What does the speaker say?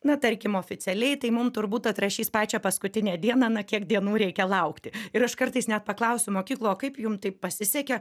na tarkim oficialiai tai mum turbūt atrašys pačią paskutinę dieną na kiek dienų reikia laukti ir aš kartais net paklausiu mokyklų o kaip jum taip pasisekė